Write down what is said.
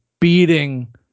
beating